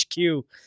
HQ